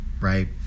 Right